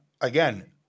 again